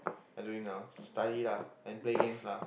I don't really know study lah and play games lah